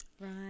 Right